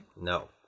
No